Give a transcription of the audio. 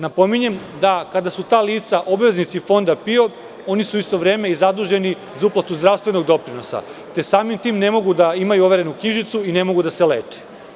Napominjem da kada su ta lica obveznici Fonda PIO, oni su u isto vreme zaduženi i za uplatu zdravstvenog doprinosa, te samim tim ne mogu da imaju overenu knjižicu i ne mogu da se leče.